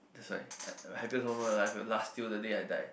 that's why the happiest moment of my life will last till the day I die